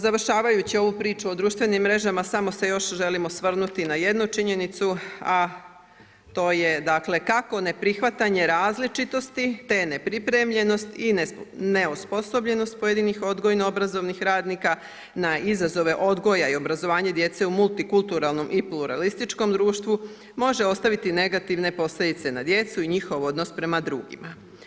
Završavajući ovu priču o društvenim mrežama, samo se još želim osvrnuti na jednu činjenicu, a to je dakle kako neprihvatanje različitosti te nepripremljenost i neosposobljenost pojedinih odgojno-obrazovnih radnika na izazove odgoja i obrazovanja djece u multikulturalnom i pluralističkom društvu može ostaviti negativne posljedice na djecu i njihov odnos prema drugima.